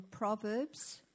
Proverbs